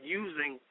using